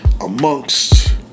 Amongst